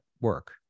work